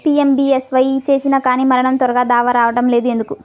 PMBSY చేసినా కానీ మరణం తర్వాత దావా రావటం లేదు ఎందుకు?